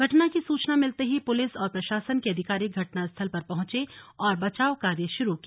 घटना की सूचना मिलते ही पुलिस और प्रशासन के अधिकारी घटनास्थल पर पहंचे और बचाव कार्य शुरू किया